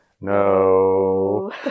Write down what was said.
No